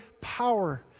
power